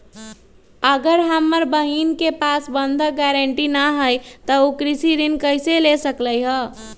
अगर हमर बहिन के पास बंधक गरान्टी न हई त उ कृषि ऋण कईसे ले सकलई ह?